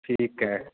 ਠੀਕ ਹੈ